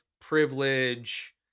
privilege